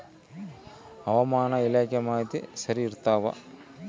ಹವಾಮಾನ ಇಲಾಖೆ ಮಾಹಿತಿ ಸರಿ ಇರ್ತವ?